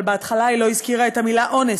אבל בהתחלה היא לא הזכירה את המילה "אונס",